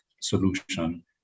solution